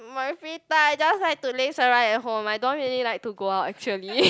my free time I just like to laze around at home I don't really like to go out actually